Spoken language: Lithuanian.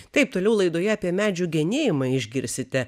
taip toliau laidoje apie medžių genėjimą išgirsite